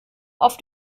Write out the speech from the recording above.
auf